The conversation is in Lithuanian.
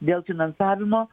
dėl finansavimo